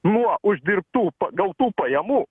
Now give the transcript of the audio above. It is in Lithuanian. nuo uždirbtų gautų pajamų